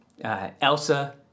Elsa